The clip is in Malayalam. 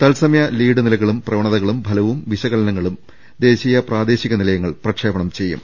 തൽസമയ ലീഡ് നിലകളും പ്രവ ണതകളും ഫലവും വിശകലനങ്ങളും ദേശീയ പ്രാദേശിക നിലയ ങ്ങൾ പ്രക്ഷേപണം ചെയ്യും